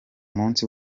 munsi